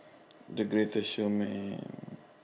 the greatest showman